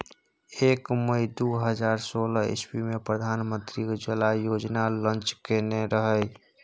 एक मइ दु हजार सोलह इस्बी मे प्रधानमंत्री उज्जवला योजना लांच केने रहय